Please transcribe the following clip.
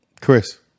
Chris